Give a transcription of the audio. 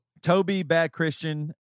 TobyBadChristian